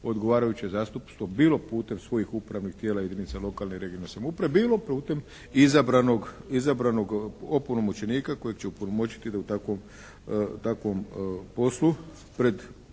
odgovarajuće zastupstvo bilo putem svojih upravnih tijela jedinica lokalne i regionalne samouprave, bilo putem izabranog opunomoćenika kojeg će opunomoćiti da u takvom poslu pred